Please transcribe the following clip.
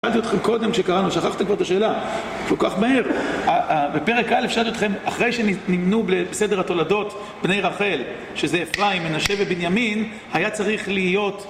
שאלתי אתכם קודם, כשקראנו, שכחתם כבר את השאלה, כל כך מהר. בפרק אלף שאלתי אתכם, אחרי שנמנו בסדר התולדות, בני רחל, שזה אפרים, מנשה ובנימין, היה צריך להיות...